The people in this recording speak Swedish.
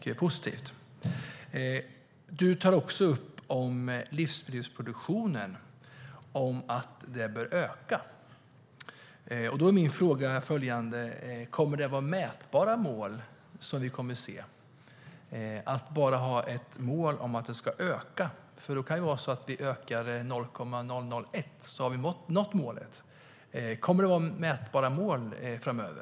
Marianne Pettersson tar också upp att livsmedelsproduktionen bör öka. Kommer vi att se mätbara mål i stället för att bara ha målet att den ska öka? Det kan vara så att om produktionen ökar med 0,001 så har målet nåtts. Kommer det att finnas mätbara mål framöver?